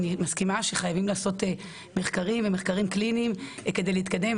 אני מסכימה שחייבים לעשות מחקרים קליניים כדי להתקדם,